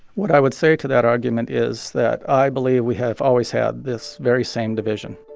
what i would say to that argument is that i believe we have always had this very same division,